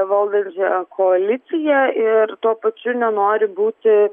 valdančiaja koalicija ir tuo pačiu nenori būti